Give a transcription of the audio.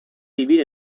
vivir